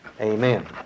Amen